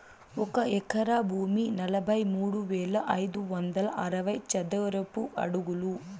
ఒక ఎకరా భూమి నలభై మూడు వేల ఐదు వందల అరవై చదరపు అడుగులు